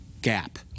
Gap